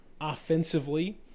offensively